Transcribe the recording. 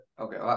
okay